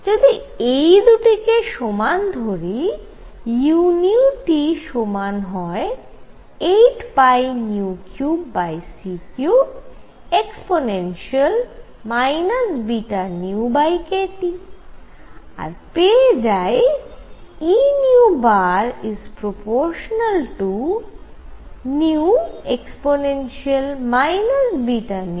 যদি এই দুটি কে সমান ধরি u সমান হয় 8π3c3e βνkT আর পেয়ে যাই E∝νe βνkT